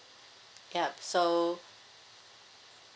yup so